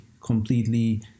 completely